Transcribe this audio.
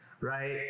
right